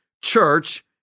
church